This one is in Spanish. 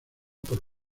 por